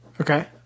Okay